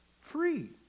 free